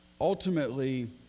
ultimately